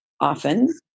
often